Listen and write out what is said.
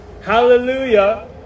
hallelujah